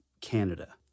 canada